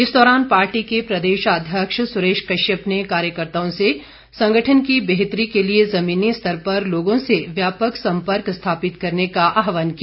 इस दौरान पार्टी के प्रदेशाध्यक्ष सुरेश कश्यप ने कार्यकर्ताओं से संगठन की बेहतरी के लिए ज़मीनी स्तर पर लोगों से व्यापक सम्पर्क स्थापित करने का आह्वान किया